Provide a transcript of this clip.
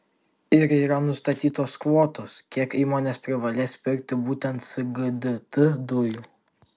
ir yra nustatytos kvotos kiek įmonės privalės pirkti būtent sgdt dujų